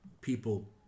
people